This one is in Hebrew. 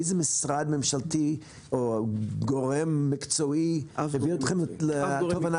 איזה משרד ממשלתי או גורם מקצועי הביא אתכם לתובנה הזאת?